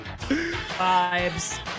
vibes